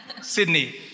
Sydney